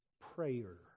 prayer